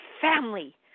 family